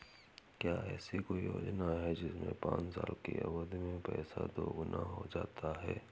क्या ऐसी कोई योजना है जिसमें पाँच साल की अवधि में पैसा दोगुना हो जाता है?